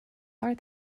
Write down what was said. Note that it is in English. are